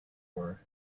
war